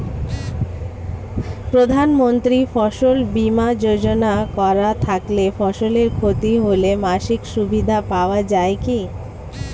প্রধানমন্ত্রী ফসল বীমা যোজনা করা থাকলে ফসলের ক্ষতি হলে মাসিক সুবিধা পাওয়া য়ায় কি?